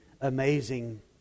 amazing